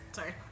Sorry